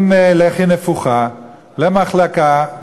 עם לחי נפוחה למחלקה,